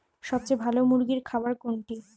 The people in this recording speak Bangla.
সবথেকে ভালো মুরগির খাবার কোনটি?